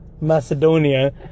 Macedonia